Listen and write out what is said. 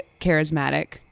charismatic